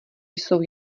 jsou